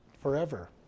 forever